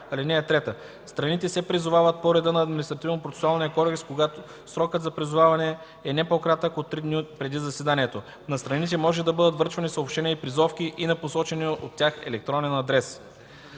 така: „(3) Страните се призовават по реда на Административнопроцесуалния кодекс, като срокът за призоваване е не по-кратък от три дни преди заседанието. На страните може да бъдат връчвани съобщения и призовки и на посочения от тях електронен адрес.”